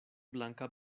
banka